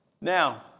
Now